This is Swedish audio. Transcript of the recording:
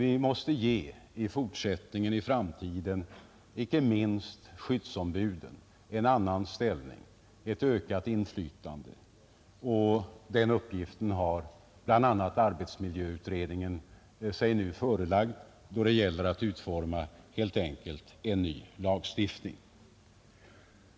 Vi måste i framtiden ge icke minst skyddsombuden ett ökat inflytande, och arbetsmiljöutredningen har sig bl.a. förelagt att utforma förslag till ny lagstiftning på detta område.